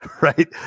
right